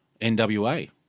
NWA